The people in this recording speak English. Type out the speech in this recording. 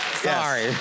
Sorry